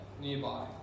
nearby